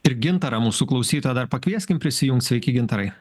ir gintarą mūsų klausytoją dar pakvieskim prisijungt sveiki gintarai